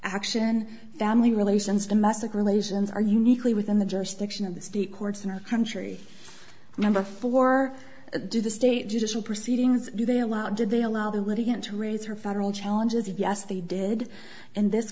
action family relations domestic relations are uniquely within the jurisdiction of the state courts in our country number four do the state judicial proceedings do they allow did they allow the litigant to raise her federal challenges yes they did in this